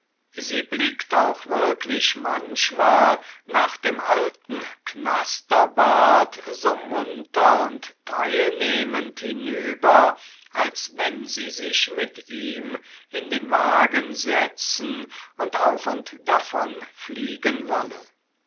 sie blickt auch wirklich manchmal nach dem alten knasterbart so munter und teilnehmend hinüber als wenn sie sich mit ihm in den wagen setzen und auf und davon fliegen wolle